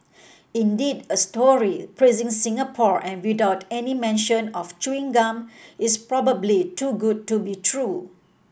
indeed a story praising Singapore and without any mention of chewing gum is probably too good to be true